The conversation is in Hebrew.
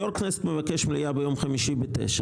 יושב ראש הכנסת מבקש מליאה ביום חמישי בשעה 09:00,